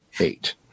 eight